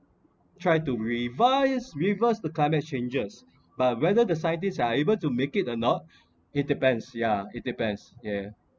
try to revise reverse the climate changes but whether the scientists are able to make it or not it depends yeah it depends yeah